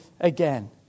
again